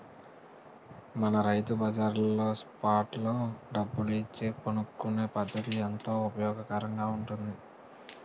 మన రైతు బజార్లో స్పాట్ లో డబ్బులు ఇచ్చి కొనుక్కునే పద్దతి ఎంతో ఉపయోగకరంగా ఉంటుంది